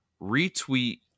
retweet